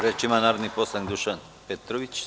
Reč ima narodni poslanik Dušan Petrović.